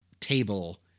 table